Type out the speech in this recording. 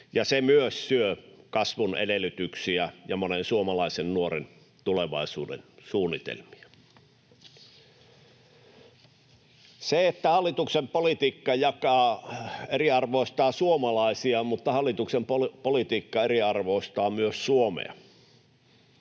se myös syö kasvun edellytyksiä ja monen suomalaisen nuoren tulevaisuudensuunnitelmia. Hallituksen politiikka jakaa, eriarvoistaa, suomalaisia, mutta hallituksen politiikka eriarvoistaa myös Suomea: